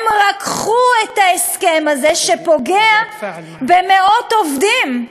הם רקחו את ההסכם הזה, שפוגע במאות עובדים.